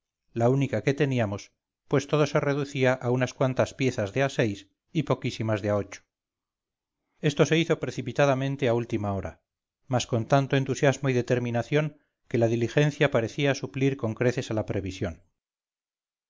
la única que teníamos pues todo se reducía a unas cuantas piezas de a y poquísimas de a esto se hizo precipitadamente a última hora mas con tanto entusiasmo y determinación que la diligencia parecía suplir con creces a la previsión